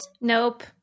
Nope